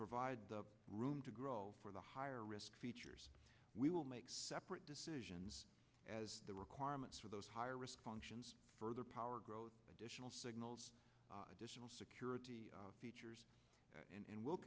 provide the room to grow for the higher risk features we will make separate decisions as the requirements for those higher risk functions further power growth additional signals additional security features and